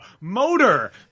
Motor